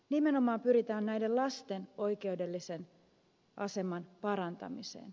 nimenomaan pyritään näiden lasten oikeudellisen aseman parantamiseen